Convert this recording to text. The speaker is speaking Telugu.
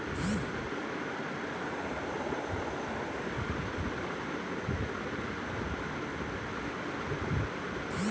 వ్యవసాయం ద్వారా అప్పు తీసుకున్నప్పుడు వడ్డీ రేటు ఎంత పడ్తుంది